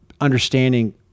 understanding